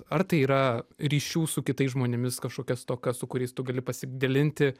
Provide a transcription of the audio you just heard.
ar tai yra ryšių su kitais žmonėmis kažkokia stoka su kuriais tu gali pasidalinti